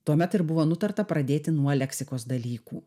tuomet ir buvo nutarta pradėti nuo leksikos dalykų